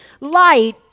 light